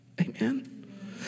Amen